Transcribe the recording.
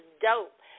dope